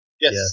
Yes